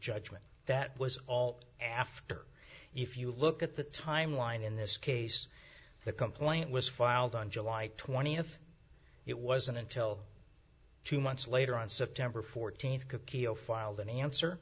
judgment that was all after if you look at the timeline in this case the complaint was filed on july twentieth it wasn't until two months later on september fourteenth coquille filed an answer